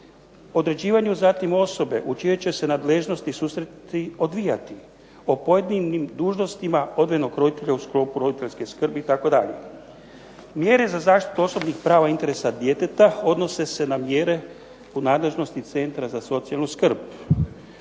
Određivanju zatim osobe u čijoj će se nadležnosti susreti odvijati, o pojedinim dužnostima odvojenog roditelja u sklopu roditeljske skrbi itd. Mjere za zaštitu osobnih prava i interesa djeteta odnose se na mjere u nadležnosti Centra za socijalnu skrb